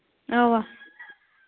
اَوا